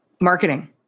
marketing